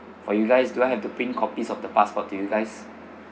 for you guys do I have to print copies of the passport to you guys